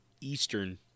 Eastern